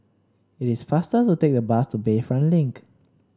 it is faster to take the bus to Bayfront Link